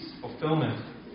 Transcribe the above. fulfillment